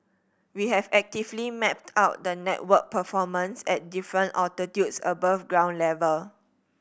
we have actively mapped out the network performance at different altitudes above ground level